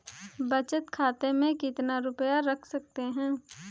बचत खाते में कितना रुपया रख सकते हैं?